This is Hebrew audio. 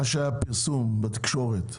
הפרסום שהיה בתקשורת,